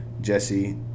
jesse